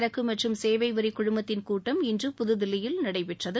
சரக்கு மற்றும் சேவை வரி குழுமத்தின் கூட்டம் இன்று புதுதில்லியில் நடைபெற்றது